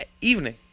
evening